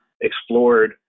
explored